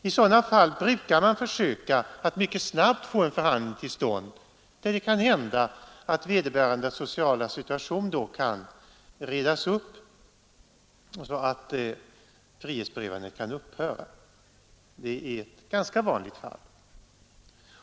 I sådana fall brukar man försöka att mycket snabbt få till stånd en förhandling, där det kan hända att vederbörandes sociala situation kan redas upp och frihetsberövandet därigenom upphöra. Det är ett ganska vanligt fall.